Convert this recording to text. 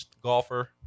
golfer